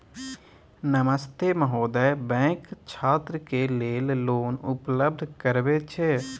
नमस्ते महोदय, बैंक छात्र के लेल लोन उपलब्ध करबे छै?